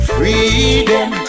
Freedom